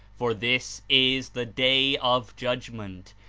for this is the day of judgment,